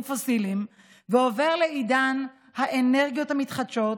פוסיליים ועובר לעידן האנרגיות המתחדשות,